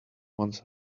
once